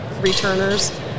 returners